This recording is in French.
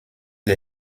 les